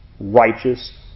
righteous